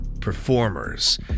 performers